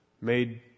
made